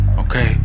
Okay